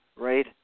right